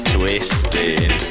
Twisted